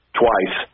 twice